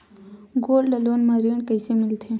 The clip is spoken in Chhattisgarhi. गोल्ड लोन म ऋण कइसे मिलथे?